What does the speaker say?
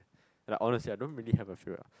like honestly I don't really have a favourite